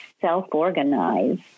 self-organize